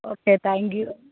okay thank you